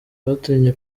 byatumye